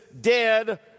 dead